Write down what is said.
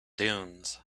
dunes